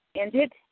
ended